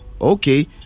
Okay